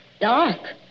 Dark